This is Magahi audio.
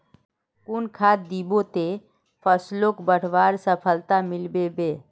कुन खाद दिबो ते फसलोक बढ़वार सफलता मिलबे बे?